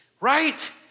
right